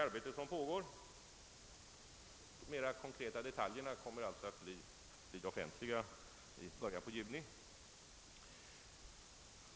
De mer konkreta detaljerna kommer som sagt att bli offentliga i början av juni.